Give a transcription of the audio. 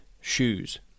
shoes